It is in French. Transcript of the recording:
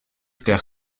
clair